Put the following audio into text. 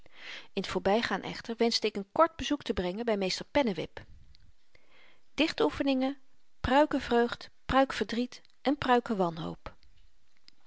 in t voorbygaan echter wenschte ik n kort bezoek te brengen by meester pennewip dichtoefeningen pruikevreugd pruikeverdriet en pruikewanhoop